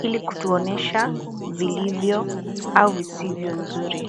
ili kutuonyesha vilivyo au visivyo nzuri.